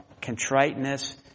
contriteness